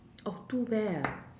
oh two bear ah